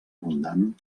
abundant